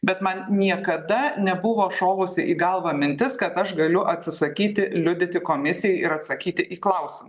bet man niekada nebuvo šovusi į galvą mintis kad aš galiu atsisakyti liudyti komisijai ir atsakyti į klausimą